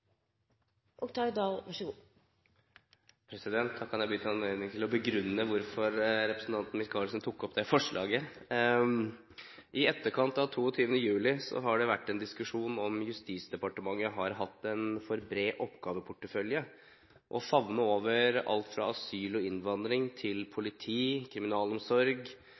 til. Da kan jeg benytte anledningen til å begrunne hvorfor representanten Michaelsen tok opp det forslaget. I etterkant av 22. juli har det vært en diskusjon om Justisdepartementet har hatt en for bred oppgaveportefølje. Å favne over alt fra asyl og innvandring til politi, kriminalomsorg,